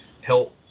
help